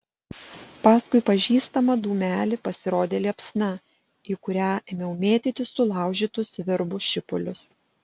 paskui pažįstamą dūmelį pasirodė liepsna į kurią ėmiau mėtyti sulaužytus virbų šipulius